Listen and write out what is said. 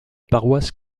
paroisse